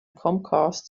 comcast